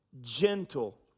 gentle